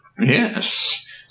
Yes